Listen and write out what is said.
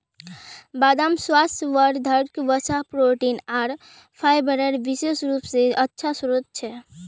बदाम स्वास्थ्यवर्धक वसा, प्रोटीन आर फाइबरेर विशेष रूप स अच्छा स्रोत छ